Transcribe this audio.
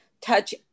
touch